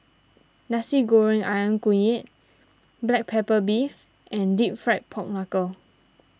Nasi Goreng Ayam Kunyit Black Pepper Beef and Deep Fried Pork Knuckle